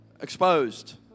exposed